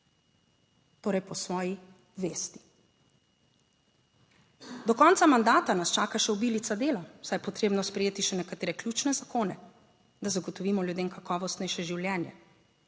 torej po svoji vesti. Do konca mandata nas čaka še obilica dela, saj je potrebno sprejeti še nekatere ključne zakone, da zagotovimo ljudem kakovostnejše življenje.